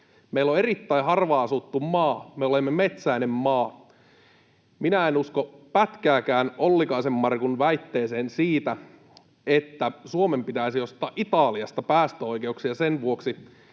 Meillä on erittäin harvaan asuttu maa, me olemme metsäinen maa. Minä en usko pätkääkään Ollikaisen Markun väitteeseen siitä, että Suomen pitäisi ostaa Italiasta päästöoikeuksia sen vuoksi,